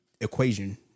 equation